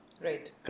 Right